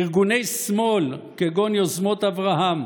ארגוני שמאל כגון יוזמות אברהם,